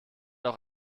auch